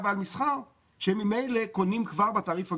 ומסחר שהם ממילא קונים כבר בתעריף הגבוה.